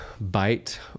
bite